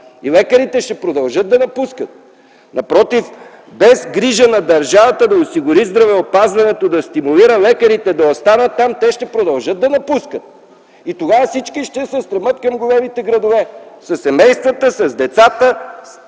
И лекарите ще продължат да напускат. Напротив, без грижа на държавата да осигури здравеопазването, да стимулира лекарите да останат там, те ще продължат да напускат и тогава всички ще се стремят към големите градове със семействата си, с децата